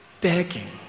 begging